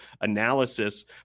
analysis